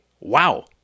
Wow